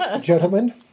Gentlemen